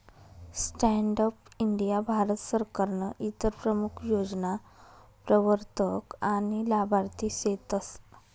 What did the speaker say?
stand up India Bharat सरकारनं इतर प्रमूख योजना प्रवरतक आनी लाभार्थी सेतस